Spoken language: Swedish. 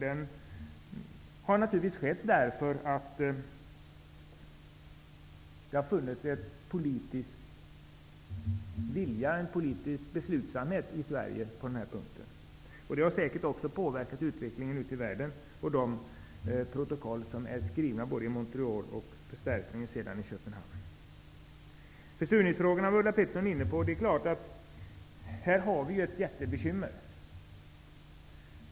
Den har naturligtvis skett på grund av att det har funnits en politisk vilja och beslutsamhet i Sverige på denna punkt. Det har säkert också påverkat utveckligen ute i världen och de protokoll som skrevs i Ulla Pettersson tog även upp försurningsfrågorna. I detta sammanhang har vi ett mycket stort bekymmer.